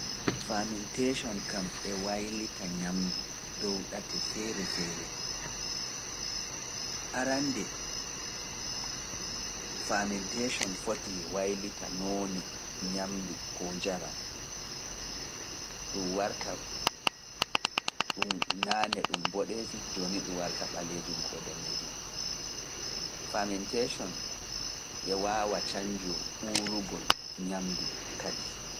Faaminteeson kam e waylita ñamndu dow ɗate feere feere. Arannde faaminteeson fotii waylita noone ñamndu koo njaram. Ɗum warta ɗum naane ɗum boɗeejum, joni ɗum warta ɓaleejum koo daneejum. Faaminteeson e waawa cañjo uurugol ñamndu kadi.